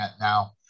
Now